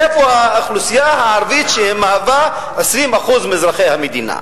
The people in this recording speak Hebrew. איפה האוכלוסייה הערבית שמהווה 20% מאזרחי המדינה?